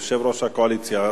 יושב-ראש הקואליציה.